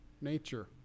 nature